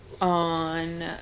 on